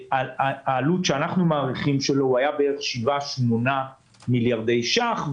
העלות שאנחנו מעריכים שלו הייתה בערך 7 8 מיליארדי ש"ח,